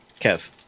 Kev